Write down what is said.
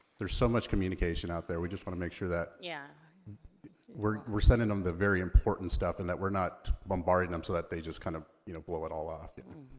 there's so much communication out there, we just wanna make sure that yeah we're we're sending them the very important stuff, and that we're not bombarding them so that they just kinda, kind of you know, blow it all off, yeah.